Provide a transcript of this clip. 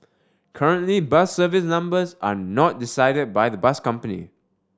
currently bus service numbers are not decided by the bus company